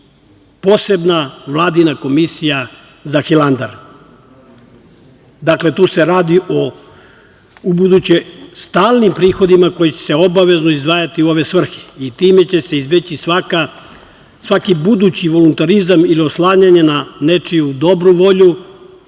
posebna Vladina komisija za Hilandar. Dakle, tu se radi o ubuduće stalnim prihodima koji će se obavezno izdvajati u ove svrhe i time će se izbeći svaki budući voluntarizam ili oslanjanje na nečiju dobru volju